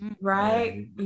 Right